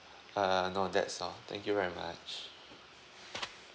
uh no that's all thank you very much